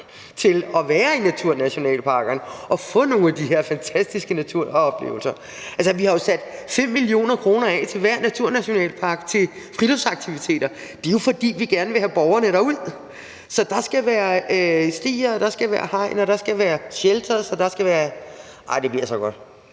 til at være i naturnationalparkerne og få nogle af de her fantastiske naturoplevelser. Altså, vi har jo sat 5 mio. kr. af til hver naturnationalpark til friluftsaktiviteter, og det er jo, fordi vi gerne vil have borgerne derud. Så der skal være stier, der skal være hegn, og der skal være shelters – det bliver så godt.